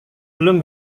belum